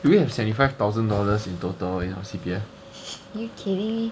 do we have seventy five thousand dollars in total in C_P_F